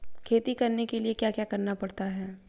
खेती करने के लिए क्या क्या करना पड़ता है?